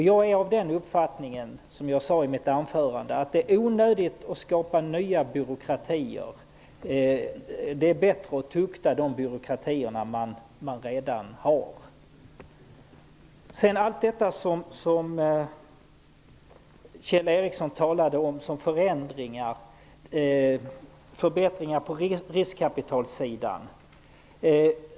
Jag är -- som jag sade i mitt anförande -- av den uppfattningen att det är onödigt att skapa ny byråkrati. Det är bättre att tukta den byråkrati som man redan har. Kjell Ericsson talade om förändringar och förbättringar på riskkapitalsidan.